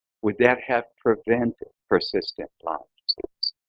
would that have prevented persistent lyme